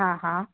हा हा